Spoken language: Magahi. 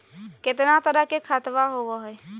कितना तरह के खातवा होव हई?